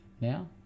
now